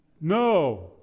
No